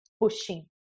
pushing